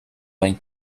vain